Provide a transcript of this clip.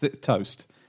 Toast